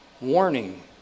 warning